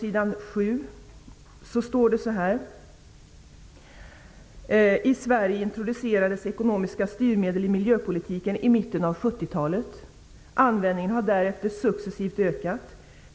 ''I Sverige introducerades ekonomiska styrmedel i miljöpolitiken i mitten av 1970-talet. Användningen har därefter successivt ökat.